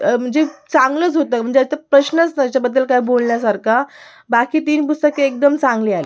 म्हणजे चांगलंच होतं म्हणजे आता म्हणजे प्रश्नच नाही त्याच्याबद्दल बोलण्यासारखा बाकी तीन पुस्तके एकदम चांगली आली